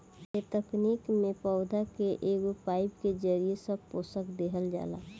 ए तकनीक में पौधा के एगो पाईप के जरिये सब पोषक देहल जाला